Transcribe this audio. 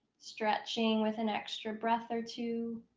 stretching with an extra breath or two.